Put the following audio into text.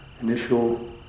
initial